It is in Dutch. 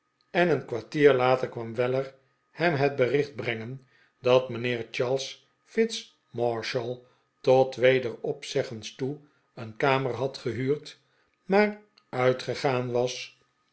en een kwartier later kwam weller hem het bericht brengen dat mijnheer charles fitz marshall tot wederopzeggens toe een kamer had gehuurd maar uitgegaan was